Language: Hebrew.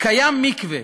קיים מקווה?